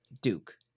Duke